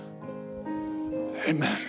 Amen